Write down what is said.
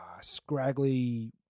scraggly